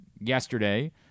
yesterday